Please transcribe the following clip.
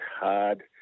hard